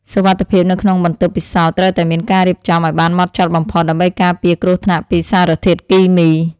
សុវត្ថិភាពនៅក្នុងបន្ទប់ពិសោធន៍ត្រូវតែមានការរៀបចំឱ្យបានហ្មត់ចត់បំផុត ដើម្បីការពារគ្រោះថ្នាក់ពីសារធាតុគីមី។